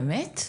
באמת?